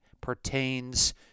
pertains